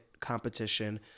competition